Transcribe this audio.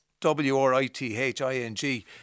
W-R-I-T-H-I-N-G